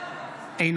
בעד